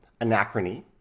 Anachrony